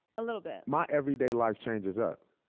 a little bit. my everyday life changes up,